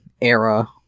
era